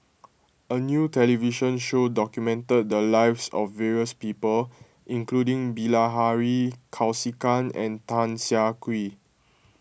a new television show documented the lives of various people including Bilahari Kausikan and Tan Siah Kwee